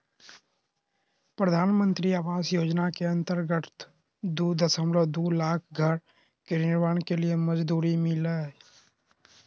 प्रधानमंत्री आवास योजना के अंतर्गत दू दशमलब दू लाख घर के निर्माण के मंजूरी मिललय